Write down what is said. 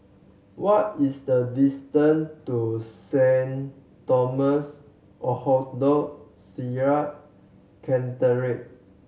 what is the distance to Saint Thomas Orthodox Syrian Cathedral